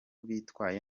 bitwaye